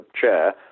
chair